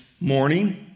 morning